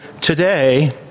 today